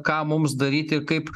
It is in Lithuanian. ką mums daryti kaip